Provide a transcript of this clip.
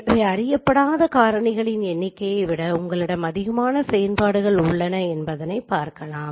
எனவே அறியப்படாத காரணிகளின் எண்ணிக்கையை விட உங்களிடம் அதிகமான சமன்பாடுகள் உள்ளன என்பதை பார்க்கலாம்